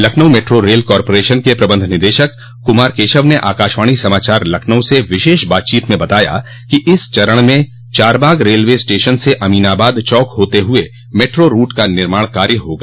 Lucknow metro rail corporation के प्रबंध निदेशक कुमार केशव ने आकाशवाणी समाचार लखनऊ से विशेष बातचीत में बताया कि इस चरण में चारबाग रेलवे स्टेशन से अमीनाबाद चौक होते हुये मेट्रो रूट का निर्माण कार्य होगा